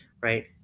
right